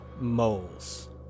moles